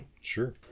sure